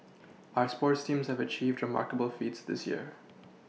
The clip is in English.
our sports teams have achieved remarkable feats this year